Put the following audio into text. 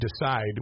decide